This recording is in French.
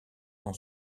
son